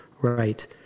right